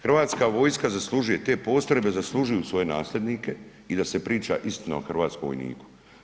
Hrvatska vojska zaslužuje te postrojbe, zaslužuju svoje nasljednike i da se priča istina o hrvatskom vojniku.